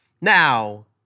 Now